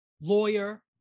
lawyer